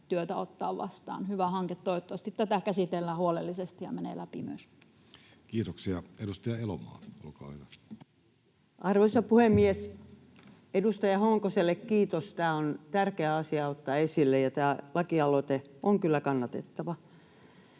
työtä ottaa vastaan. Hyvä hanke. Toivottavasti tätä käsitellään huolellisesti ja tämä menee läpi myös. Kiitoksia. — Edustaja Elomaa, olkaa hyvä. Arvoisa puhemies! Edustaja Honkoselle kiitos. Tämä on tärkeä asia ottaa esille, ja tämä lakialoite on kyllä kannatettava.